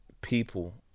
people